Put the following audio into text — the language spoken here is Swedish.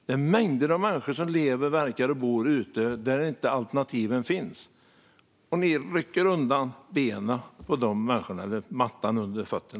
Det är mängder av människor som lever, verkar och bor där alternativen inte finns. Och ni rycker undan mattan för dessa människor.